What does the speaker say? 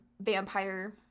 vampire